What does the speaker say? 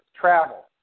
travel